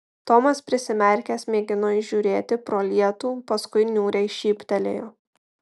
tomas prisimerkęs mėgino įžiūrėti pro lietų paskui niūriai šyptelėjo